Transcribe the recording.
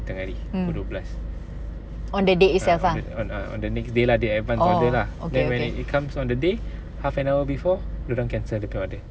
mm on that day itself ah orh okay okay